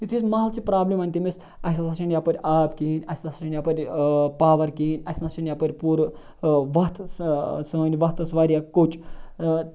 یُتھُے أسۍ محلچہِ پرٛابلِم وَنہِ تٔمِس اَسہِ ہَسا چھِنہٕ یَپٲرۍ آب کِہیٖنۍ اَسہِ ہَسا چھِنہٕ یَپٲرۍ پاوَر کِہیٖنۍ اَسہِ نہ سا چھِنہٕ ہَپٲرۍ پورٕ وَتھ سٲنۍ وَتھ ٲس واریاہ کوٚچ